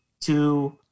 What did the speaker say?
to-